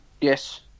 yes